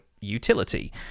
utility